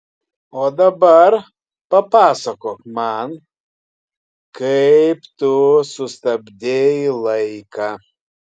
o dabar papasakok man kaip tu sustabdei laiką